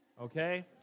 okay